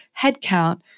headcount